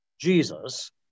Jesus